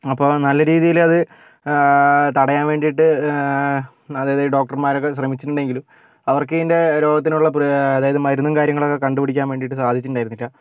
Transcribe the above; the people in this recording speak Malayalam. അപ്പോൾ നല്ല രീതിയിൽ അത് തടയാൻ വേണ്ടിയിട്ട് അതായത് ഈ ഡോക്ടർമാരൊക്കെ ശ്രമിച്ചിട്ടുണ്ടെങ്കിലും അവർക്ക് ഇതിൻ്റെ രോഗത്തിനുള്ള പ്ര അതായത് മരുന്നും കാര്യങ്ങളൊക്കെ കണ്ടുപിടിക്കാൻ വേണ്ടിയിട്ട് സാധിച്ചിട്ടുണ്ടായിരുന്നില്ല